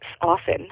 often